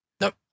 Nope